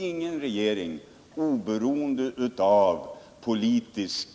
Ingen regering, oberoende av politisk